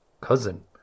Cousin